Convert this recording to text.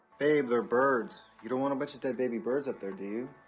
babe, they're birds. you don't want a bunch of dead baby birds up there, do you?